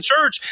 church